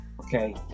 okay